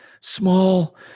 small